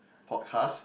podcast